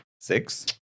Six